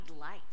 life